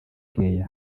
care